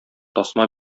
тасма